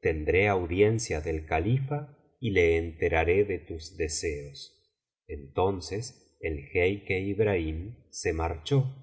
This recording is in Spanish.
tendré audiencia del califa y le enteraré de tus deseos entonces el jeique ibrahim se marchó en cuanto á